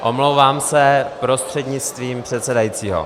Omlouvám se, prostřednictvím předsedajícího.